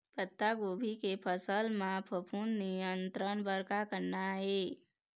पत्तागोभी के फसल म फफूंद नियंत्रण बर का करना ये?